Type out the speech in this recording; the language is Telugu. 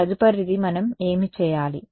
తదుపరిది మనం ఏమి చేయాలి